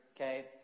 Okay